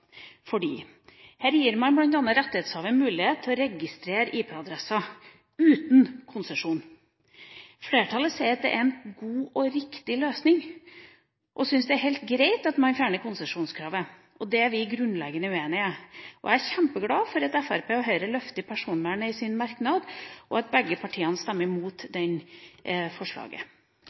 fordi man her bl.a. gir rettighetshaver mulighet til å registrere IP-adresser uten konsesjon. Flertallet sier at det er en god og riktig løsning og syns det er helt greit at man fjerner konsesjonskravet. Det er vi grunnleggende uenig i. Jeg er kjempeglad for at Fremskrittspartiet og Høyre løfter personvernet i sin merknad, og at begge partiene stemmer mot det forslaget.